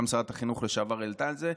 גם שרת החינוך לשעבר העלתה את זה.